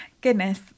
goodness